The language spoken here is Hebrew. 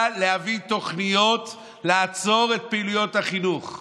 להביא תוכניות לעצור את פעילויות החינוך.